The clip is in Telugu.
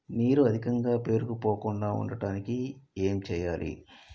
నీరు అధికంగా పేరుకుపోకుండా ఉండటానికి ఏం చేయాలి?